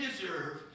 deserve